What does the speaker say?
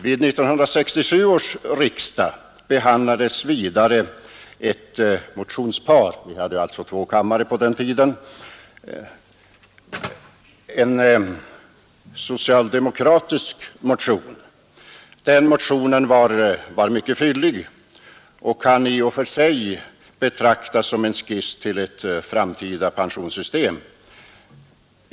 Vid 1967 års riksdag behandlades vidare ett socialdemokratiskt motionspar — vi hade ju två kamrar på den tiden. Förslaget i det motionsparet var mycket fylligt och kan i och för sig betraktas som en skiss till ett framtida pensionssystem.